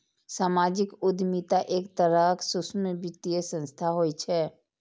सामाजिक उद्यमिता एक तरहक सूक्ष्म वित्तीय संस्थान होइ छै